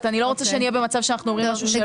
אני לא רוצה שנהיה במצב שאנחנו לא עומדים בזה.